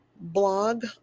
blog